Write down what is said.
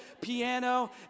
piano